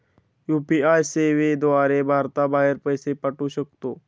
UPI सेवेद्वारे भारताबाहेर पैसे पाठवू शकतो